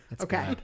Okay